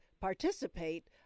participate